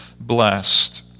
blessed